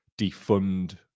defund